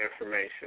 information